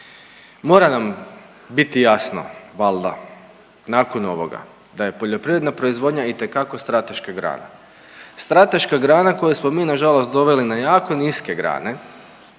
Mora nam biti jasno valda nakon ovoga, da je poljoprivredna proizvodnja itekako strateška grana. Strateška grana koju smo mi, nažalost doveli na jako niske grane,